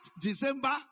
December